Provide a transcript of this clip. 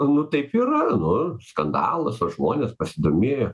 nu taip yra nu skandalas o žmonės pasidomėjo